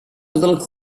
little